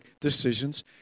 decisions